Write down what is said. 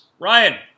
Ryan